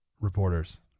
reporter's